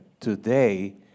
Today